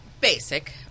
basic